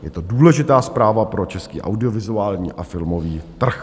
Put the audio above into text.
Je to důležitá zpráva pro český audiovizuální a filmový trh.